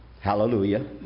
hallelujah